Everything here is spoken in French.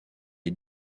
les